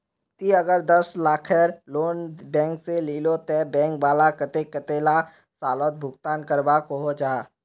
ती अगर दस लाखेर लोन बैंक से लिलो ते बैंक वाला कतेक कतेला सालोत भुगतान करवा को जाहा?